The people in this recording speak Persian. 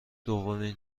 دومین